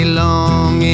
long